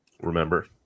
remember